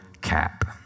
cap